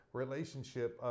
relationship